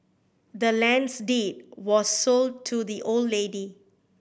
the land's deed was sold to the old lady